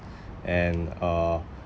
and uh